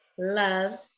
love